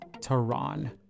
Tehran